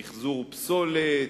מיחזור פסולת,